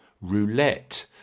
roulette